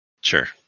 Sure